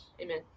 Amen